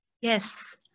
yes